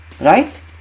Right